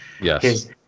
Yes